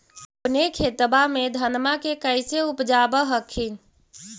अपने खेतबा मे धन्मा के कैसे उपजाब हखिन?